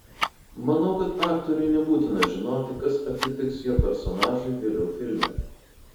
manau kad aktoriui nebūtina žinoti kas atsitiks jo personažui vėliau filme